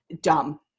dumb